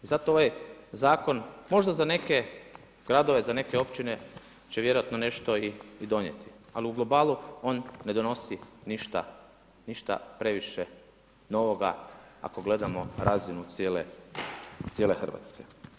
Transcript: I zato ovaj zakon možda za neke gradove, za neke općine će vjerovatno i nešto donijeti ali u globalu, on ne donosi ništa previše novoga ako gledamo razinu cijele Hrvatske.